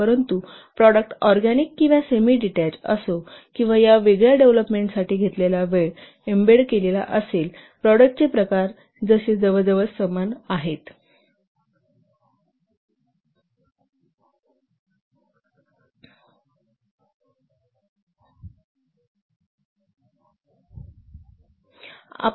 परंतु प्रॉडक्टचे प्रकार ऑरगॅनिक किंवा सेमीडीटेच असो किंवा एम्बेडेड असो डेव्हलोपमेंट टाईम जवळजवळ समान असतात